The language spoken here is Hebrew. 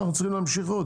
אנחנו צריכים להמשיך עוד,